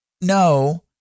No